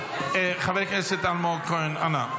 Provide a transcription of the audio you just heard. חבר הכנסת אלמוג כהן, אנא.